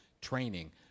training